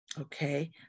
okay